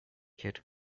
kit